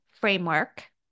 framework